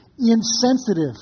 insensitive